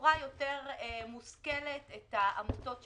בצורה יותר מושכלת את העמותות שבפניכם.